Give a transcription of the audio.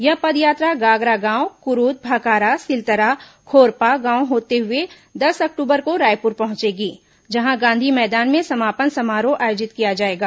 यह पदयात्रा गागरा गांव कुरूद भखारा सिलतरा खोरपा गांव होते हुए दस अक्टूबर को रायपुर पहुंचेगी जहां गांधी मैदान में समापन समारोह आयोजित किया जाएगा